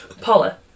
Paula